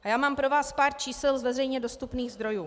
A já mám pro vás pár čísel z veřejně dostupných zdrojů.